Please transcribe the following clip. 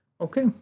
Okay